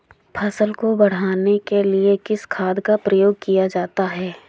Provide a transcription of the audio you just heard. फसल को बढ़ाने के लिए किस खाद का प्रयोग किया जाता है?